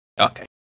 Okay